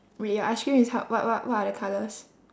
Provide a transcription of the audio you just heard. wait your ice cream is ho~ what what what are the colours